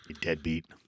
deadbeat